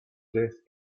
death